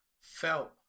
felt